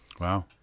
Wow